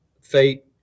fate